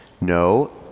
No